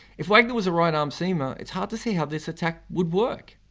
if wagner was a right arm seamer it's hard to see how this attack would work.